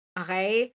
okay